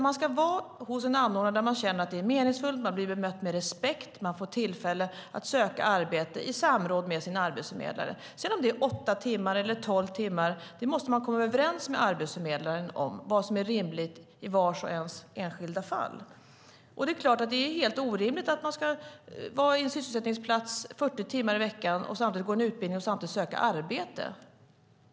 Man ska vara hos en anordnare där man känner att det är meningsfullt, där man blir bemött med respekt och där man får tillfälle att söka arbete i samråd med sin arbetsförmedlare. Om det sedan är åtta eller tolv timmar måste man komma överens med sin arbetsförmedlare om vad som är rimligt i det enskilda fallet. Det är klart att det är helt orimligt att man ska vara på en sysselsättningsplats 40 timmar i veckan och samtidigt gå en utbildning och söka arbete.